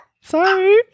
Sorry